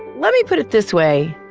let me put it this way.